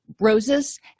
roses